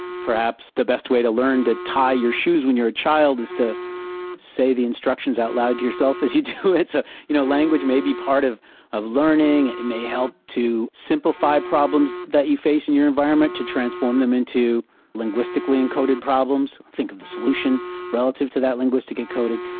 perhaps the best way to learn to tie your shoes when you're a child is to say the instructions out loud to yourself as you do it. so, you know, language may be part of of learning, it may help to simplify problems that you face in your environment, to transform them into linguistically encoded problems, think of the solution relative to that linguistic encoding.